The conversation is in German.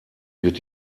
wird